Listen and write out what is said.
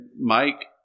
Mike